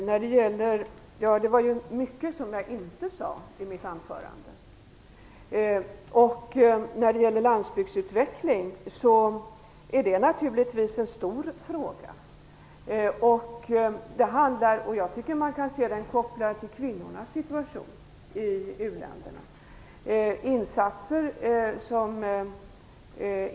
Herr talman! Det var ju mycket som jag inte sade i mitt anförande. Landsbygdsutvecklingen är naturligtvis en stor fråga. Jag tycker att man kan se den kopplad till den situation som kvinnorna i u-länderna har.